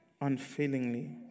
unfailingly